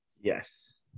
yes